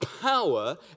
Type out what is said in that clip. power